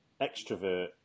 extrovert